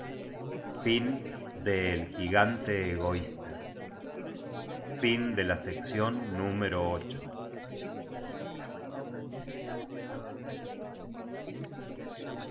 y el gigante enveje